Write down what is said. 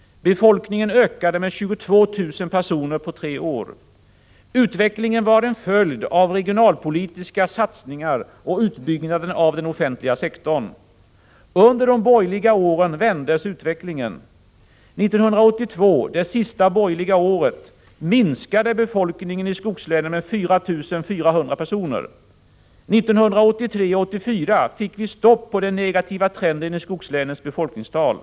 Befolkningen ökade med 22 000 personer på tre år. Utvecklingen var en följd av regionalpolitiska satsningar och utbyggnaden av den offentliga sektorn. Under de borgerliga åren vändes utvecklingen. 1982, det sista borgerliga året, minskade befolkningen i skogslänen med 4 400 personer. 1983 och 1984 fick vi stopp på den negativa trenden i skogslänens befolkningstal.